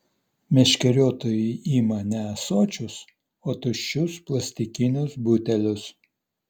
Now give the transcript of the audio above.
meškeriotojai ima ne ąsočius o tuščius plastikinius butelius